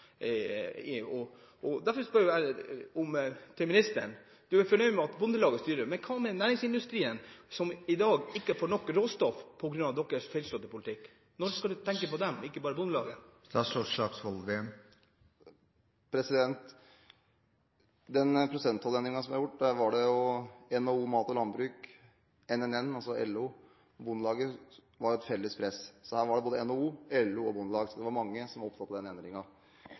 spør jeg: Ministeren er fornøyd med at Bondelaget styrer, men hva med næringsindustrien, som i dag ikke får nok råstoff på grunn av regjeringens feilslåtte politikk – når skal ministeren tenke på dem og ikke bare Bondelaget? Når det gjelder den prosenttollendringen som er gjort, var det et felles press fra NHO Mat og Landbruk, NNN – altså LO – og Bondelaget, så det var mange som var opptatt av den endringen. Når det gjelder det jeg sa om grøftetilskudd, at jeg personlig ikke var